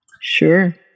sure